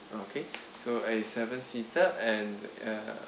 okay so a seven seater and uh